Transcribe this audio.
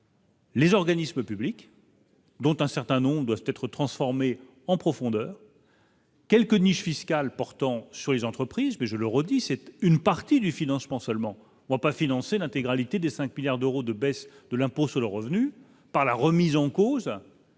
Les organismes publics, dont un certain nombre doivent être transformée en profondeur. Quelques niches fiscales portant sur les entreprises, mais je le redis, cette une partie du financement seulement moi pas financer l'intégralité des 5 milliards d'euros de baisse de l'impôt sur le revenu par la remise en cause.